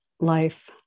life